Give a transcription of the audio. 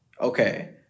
okay